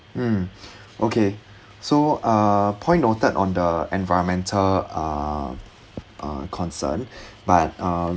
mm okay so uh point noted on the environmental uh uh concern but um